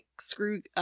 screw